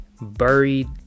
buried